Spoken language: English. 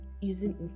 using